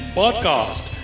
podcast